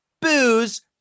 booze